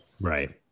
right